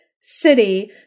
city